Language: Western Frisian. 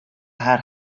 har